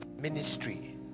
Ministry